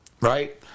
right